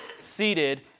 seated